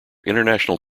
international